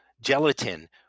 gelatin